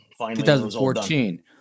2014